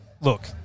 look